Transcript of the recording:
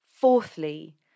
Fourthly